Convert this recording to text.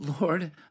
Lord